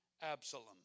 Absalom